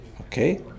Okay